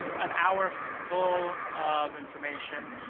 an hour full of information.